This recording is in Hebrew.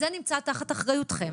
זה נמצא תחת אחריותכם.